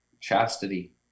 chastity